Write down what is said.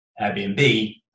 Airbnb